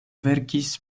verkis